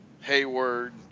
Hayward